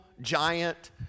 giant